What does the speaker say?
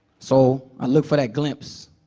so i looked for that glimpse.